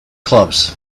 clubs